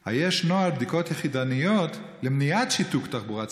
3. היש נוהל בדיקות יחידניות למניעת שיתוק התחבורה הציבורית?